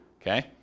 Okay